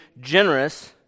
generous